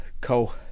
co